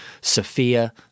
Sophia